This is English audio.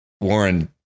Warren